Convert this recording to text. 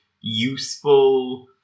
useful